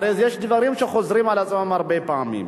הרי יש דברים שחוזרים על עצמם הרבה פעמים.